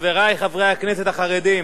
חברי חברי הכנסת החרדים.